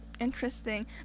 interesting